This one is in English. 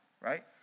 right